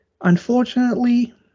Unfortunately